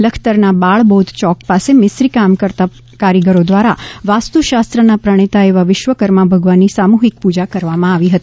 લખતરના બાળ બોધ ચોક પાસે મિસ્ત્રી કામ કરતા કારીગરો દ્વારા વાસ્તુ શાસ્ત્રના પ્રણેતા એવા વિશ્વકર્મા ભગવાનની સામૂહિક પૂજા કરવામાં આવી હતી